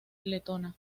letona